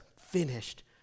finished